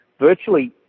virtually